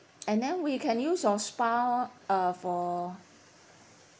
and then we can use your spa uh for